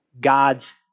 God's